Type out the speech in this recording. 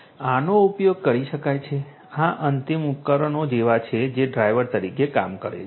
આનો ઉપયોગ કરી શકાય છે આ અંતિમ ઉપકરણો જેવા છે જે ડ્રાઇવર તરીકે કામ કરે છે